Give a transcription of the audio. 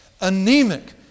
anemic